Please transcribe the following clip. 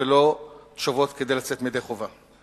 ולא לתשובות כדי לצאת ידי חובה.